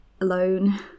...alone